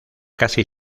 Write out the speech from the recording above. casi